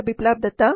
Biplab Datta DR